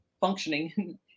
functioning